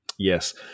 Yes